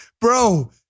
Bro